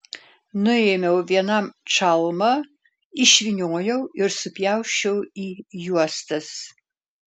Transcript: nuėmiau vienam čalmą išvyniojau ir supjausčiau į juostas